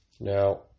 Now